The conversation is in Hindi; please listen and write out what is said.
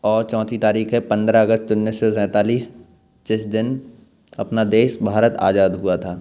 और चौथी तारीख है पंद्रह अगस्त उन्नीस सौ सैंतालीस जिस दिन अपना देश भारत आजाद हुआ था